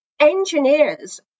engineers